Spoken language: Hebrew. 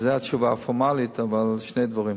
זו התשובה הפורמלית, אבל שני דברים: